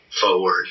forward